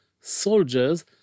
soldiers